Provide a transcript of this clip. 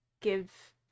give